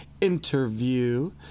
interview